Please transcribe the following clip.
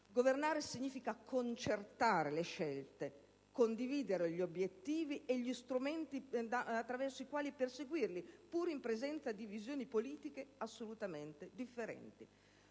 Governare significa concertare le scelte, condividere gli obiettivi e gli strumenti attraverso i quali perseguirli, pur in presenza di visioni politiche assolutamente differenti.